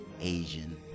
asian